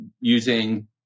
using